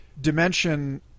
dimension